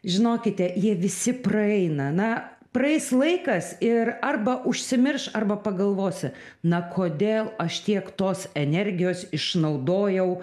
žinokite jie visi praeina na praeis laikas ir arba užsimirš arba pagalvosi na kodėl aš tiek tos energijos išnaudojau